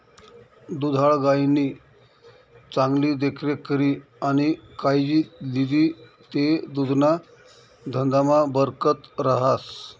दुधाळ गायनी चांगली देखरेख करी आणि कायजी लिदी ते दुधना धंदामा बरकत रहास